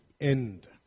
end